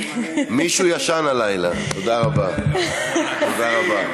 מישהו ישן הלילה, תודה רבה.